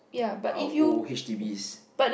our old H_D_Bs